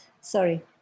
Sorry